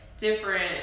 different